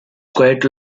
quite